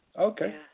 Okay